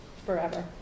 Forever